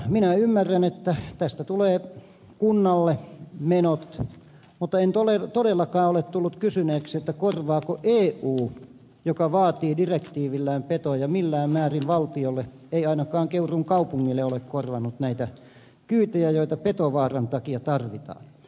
minä ymmärrän että tästä tulee kunnalle menot mutta en todellakaan ole tullut kysyneeksi korvaako eu joka vaatii direktiivillään petoja missään määrin valtiolle ei ainakaan keuruun kaupungille ole korvannut näitä kyytejä joita petovaaran takia tarvitaan